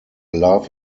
love